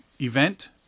event